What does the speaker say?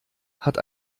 hat